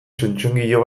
txotxongilo